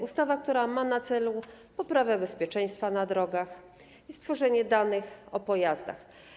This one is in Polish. Ustawa, która ma na celu poprawę bezpieczeństwa na drogach i stworzenie danych o pojazdach.